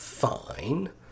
Fine